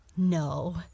No